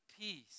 Peace